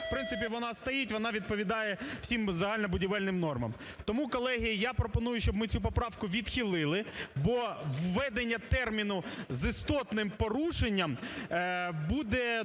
В принципі вона стоїть, вона відповідає всім загально-будівельним нормам. Тому, колеги, я пропоную, щоб ми цю поправку відхилили. Бо введення терміну "з істотним порушенням" буде